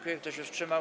Kto się wstrzymał?